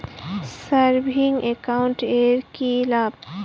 Savings account এর কি লাভ?